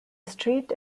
street